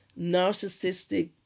narcissistic